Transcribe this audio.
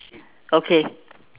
okay